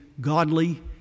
godly